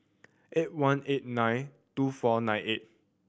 eight one eight nine two four nine eight